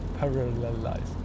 Parallelized